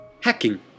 Hacking